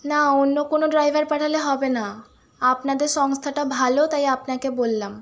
না অন্য কোনও ড্রাইভার পাঠালে হবে না আপনাদের সংস্থাটা ভালো তাই আপনাকে বললাম